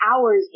hours